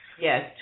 Yes